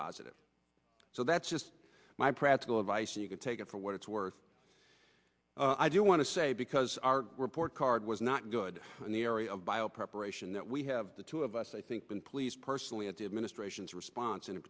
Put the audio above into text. positive so that's just my practical advice and you can take it for what it's worth i do want to say because our report card was not good in the area of bio preparation that we have the two of us i think been pleased personally at the administration's response and